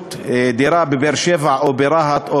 שכירות על דירה בבאר-שבע, ברהט או